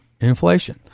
inflation